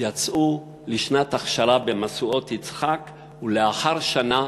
יצאו לשנת הכשרה במשואות-יצחק ולאחר שנה